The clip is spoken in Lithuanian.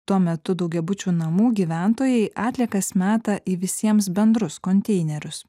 tuo metu daugiabučių namų gyventojai atliekas meta į visiems bendrus konteinerius